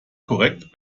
korrekt